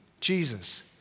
Jesus